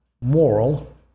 moral